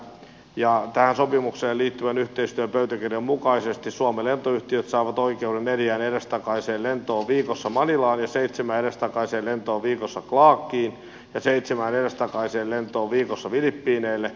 tähän sopimukseen liittyvän yhteistyöpöytäkirjan mukaisesti suomen lentoyhtiöt saavat oikeuden neljään edestakaiseen lentoon viikossa manilaan ja seitsemään edestakaiseen lentoon viikossa clarkiin ja seitsemään edestakaiseen lentoon viikossa filippiineille